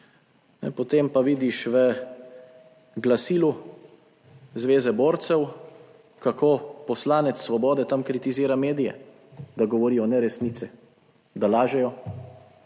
Potem pa vidiš v glasilu Zveze borcev, kako poslanec Svobode, tam kritizira medije, da govorijo neresnice, da lažejo.